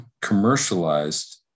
commercialized